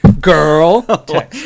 Girl